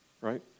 right